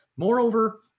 Moreover